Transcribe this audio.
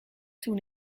toen